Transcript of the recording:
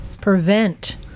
prevent